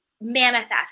manifest